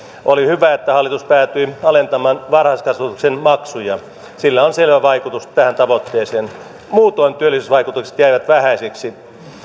oli hyvä että hallitus päätyi alentamaan varhaiskasvatuksen maksuja sillä on selvä vaikutus tähän tavoitteeseen muutoin työllisyysvaikutukset jäivät vähäisiksi